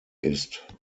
ist